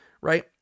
right